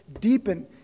deepen